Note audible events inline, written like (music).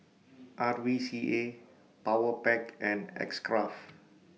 R V C A Powerpac (noise) and X Craft